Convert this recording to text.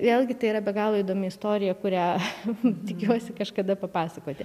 vėlgi tai yra be galo įdomi istorija kurią tikiuosi kažkada papasakoti